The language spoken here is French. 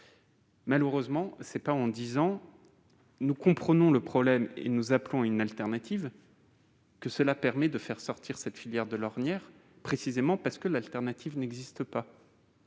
Malheureusement, ce n'est pas en disant que nous comprenons le problème et que nous appelons à une alternative que nous sortirons cette filière de l'ornière, précisément parce que l'alternative n'existe pas.